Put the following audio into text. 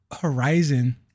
Horizon